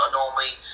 normally